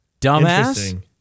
Dumbass